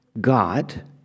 God